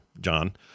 john